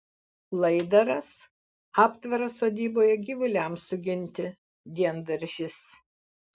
laidaras aptvaras sodyboje gyvuliams suginti diendaržis